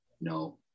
no